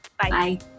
Bye